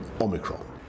Omicron